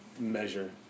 Measure